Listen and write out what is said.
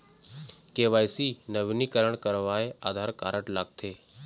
KYC नवीनीकरण करवाये Aadhaar card लगथे?